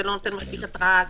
זה לא נותן מספיק התראה,